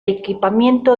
equipamiento